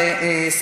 אוקיי, יופי.